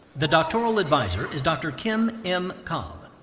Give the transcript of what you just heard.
the doctoral advisor is dr. kim m. cobb.